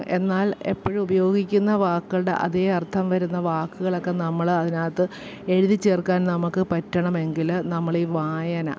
എന്നാൽ എപ്പോഴും ഉപയോഗിക്കുന്ന വാക്കുകളുടെ അതേ അർത്ഥം വരുന്ന വാക്കുകളൊക്കെ നമ്മൾ അതിനകത്ത് എഴുതി ചേർക്കാൻ നമുക്ക് പറ്റണമെങ്കിൽ നമ്മളീ വായന